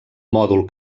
mòdul